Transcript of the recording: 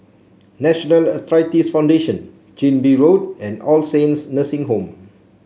National Arthritis Foundation Chin Bee Road and All Saints Nursing Home